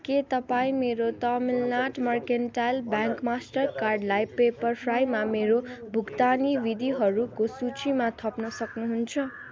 के तपाईँ मेरो तामिलनाड मार्केन्टाइल ब्याङ्क मास्टरकार्डलाई पेपरफ्राईमा मेरो भुक्तानी विधिहरूको सूचीमा थप्न सक्नुहुन्छ